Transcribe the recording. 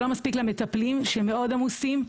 זה לא מספיק למטפלים שמאוד עמוסים.